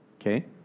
Okay